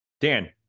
Dan